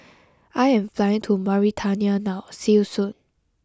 I am flying to Mauritania now see you soon